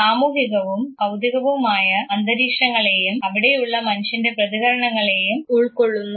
സാമൂഹികവും ഭൌതികവുമായ അന്തരീക്ഷങ്ങളെയും അവിടെയുള്ള മനുഷ്യൻറെ പ്രതികരണങ്ങളെയും ഉൾക്കൊള്ളുന്നു